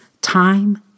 Time